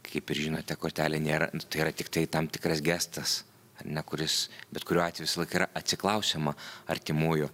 kaip ir žinote kortelė nėra tai yra tiktai tam tikras gestas ar ne kuris bet kuriuo atveju visąlaik yra atsiklausiama artimųjų